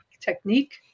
technique